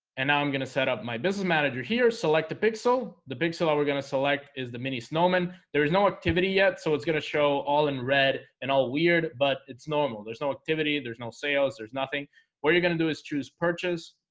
and i'm gonna set up my business manager here select a big so the big sale we're gonna select is the mini snowman there is no activity yet. so it's gonna show all in red and all weird, but it's normal. there's no activity. there's no sales there's nothing what you're gonna do is choose purchase